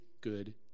good